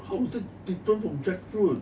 how is it different from jackfruit